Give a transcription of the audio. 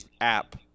app